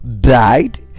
died